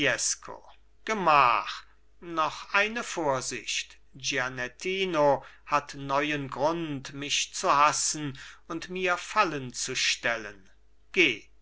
gemach noch eine vorsicht gianettino hat neuen grund mich zu hassen und mir fallen zu stellen geh